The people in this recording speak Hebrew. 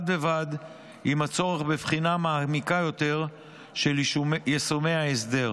בד בבד עם הצורך בבחינה מעמיקה יותר של יישומי ההסדר.